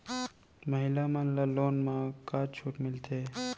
महिला मन ला लोन मा का छूट मिलथे?